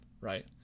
right